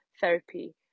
therapy